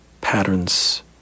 patterns